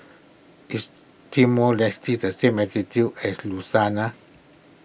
is Timor Leste the same latitude as